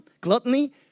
gluttony